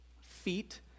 feet